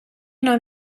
know